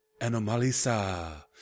*Anomalisa*